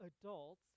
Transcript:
adults